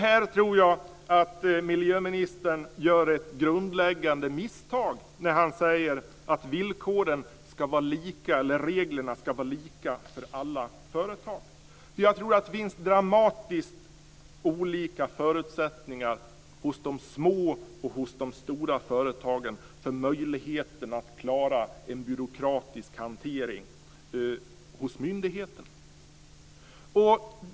Här tror jag att miljöministern gör ett grundläggande misstag när han säger att reglerna ska vara lika för alla företag. Jag tror nämligen att förutsättningarna är dramatiskt olika när det gäller de små respektive de stora företagens möjligheter att klara en byråkratisk hantering hos myndigheten.